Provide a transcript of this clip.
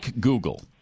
Google